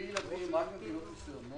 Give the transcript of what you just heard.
בלי ילדים, רק ממדינות מסוימות.